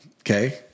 okay